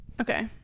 Okay